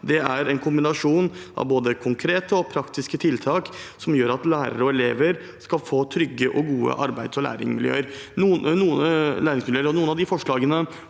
dag, er en kombinasjon av konkrete og praktiske tiltak som gjør at lærere og elever skal få trygge og gode arbeids- og læringsmiljøer. Noen av forslagene